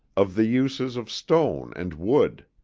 of the uses of stone and wood.